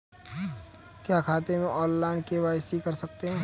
क्या खाते में ऑनलाइन के.वाई.सी कर सकते हैं?